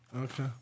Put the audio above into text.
Okay